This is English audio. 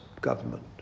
government